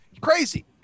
Crazy